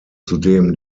zudem